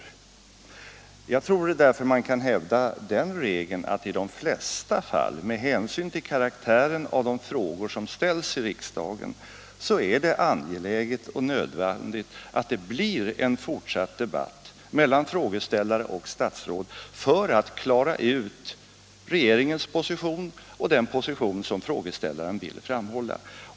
Rp Jag tror därför att man kan hävda den regeln att det i de allra flesta — Om frågeinstituten i fall, med hänsyn till karaktären av de frågor som ställs i riksdagen, är — riksdagen angeläget och nödvändigt att det blir en fortsatt debatt mellan frågeställare och statsråd för att klara ut regeringens position och den position som frågeställaren vill framhålla.